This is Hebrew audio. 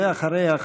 ואחריה,